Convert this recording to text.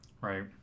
right